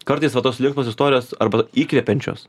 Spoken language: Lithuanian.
kartais va tos linksmos istorijos arba įkvepiančios